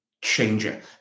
changer